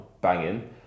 banging